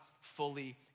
fully